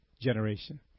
generation